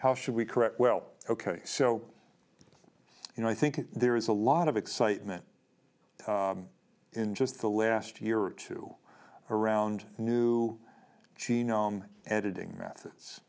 how should we correct well ok so you know i think there is a lot of excitement in just the last year or two around new genome editing